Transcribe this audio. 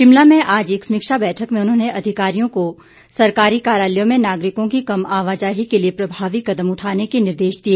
शिमला में आज एक समीक्षा बैठक में उन्होंने अधिकारियों को सरकारी कार्यालयों में नागरिकों की कम आवाजाही के लिए प्रभावी कदम उठाने के निर्देश दिए